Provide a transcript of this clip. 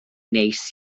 neis